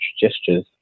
gestures